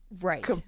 right